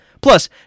Plus